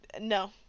No